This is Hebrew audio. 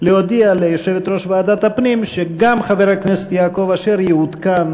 להודיע ליושבת-ראש ועדת הפנים שגם חבר הכנסת יעקב אשר יעודכן